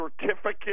certificate